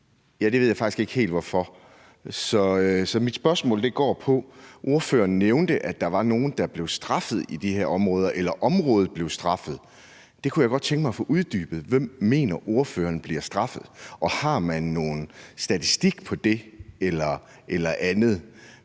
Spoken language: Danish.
ja, det ved jeg faktisk ikke helt hvorfor. Så mit spørgsmål går på, at ordføreren nævnte, at der var nogle, der blev straffet i de her område, eller at området blev straffet. Det kunne jeg godt tænke mig at få uddybet. Hvem mener ordføreren bliver straffet, og har man nogen statistik på det eller andet?